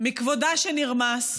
מכבודה שנרמס.